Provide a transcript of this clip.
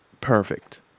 Perfect